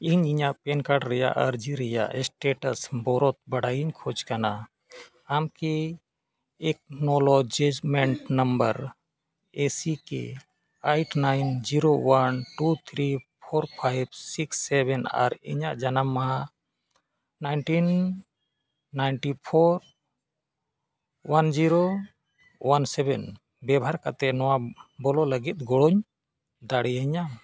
ᱤᱧ ᱤᱧᱟᱹᱜ PAN card ᱨᱮᱱᱟᱜ ᱟᱨᱡᱤ ᱨᱮᱱᱟᱜ ᱥᱴᱮᱴᱟᱥ ᱵᱟᱨᱮᱛᱮ ᱵᱟᱰᱟᱭᱤᱧ ᱠᱷᱚᱡᱽ ᱠᱟᱱᱟ ᱟᱢᱠᱤ acknowledgement number A C K eight nine zero one two three four five six seven ᱟᱨ ᱤᱧᱟᱹᱜ ᱡᱟᱱᱟᱢ ᱢᱟᱦᱟ nineteen ninety four one zero one seven ᱵᱮᱵᱷᱟᱨ ᱠᱟᱛᱮᱫ ᱱᱚᱣᱟ ᱵᱤᱰᱟᱹᱣ ᱞᱟᱹᱜᱤᱫ ᱮᱢ ᱜᱚᱲᱚ ᱫᱟᱲᱮᱭᱟᱹᱧᱟᱹ